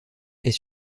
est